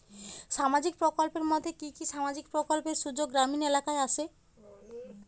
সামাজিক প্রকল্পের মধ্যে কি কি সামাজিক প্রকল্পের সুযোগ গ্রামীণ এলাকায় আসে?